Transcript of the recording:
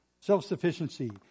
Self-sufficiency